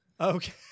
Okay